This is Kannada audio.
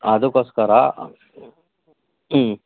ಅದಕ್ಕೋಸ್ಕರ ಹ್ಞೂ